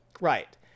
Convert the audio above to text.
Right